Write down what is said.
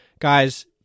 Guys